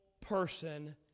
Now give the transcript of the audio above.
person